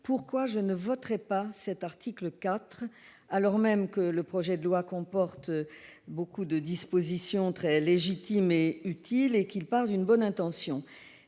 pourquoi je ne voterai pas l'article 4, alors même que le projet de loi comporte nombre de dispositions très légitimes et utiles et qu'il part d'une bonne intention.